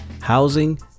housing